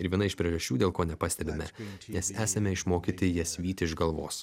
ir viena iš priežasčių dėl ko nepastebime nes esame išmokyti jas vyti iš galvos